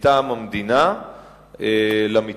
מטעם המדינה למתנגדים.